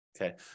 okay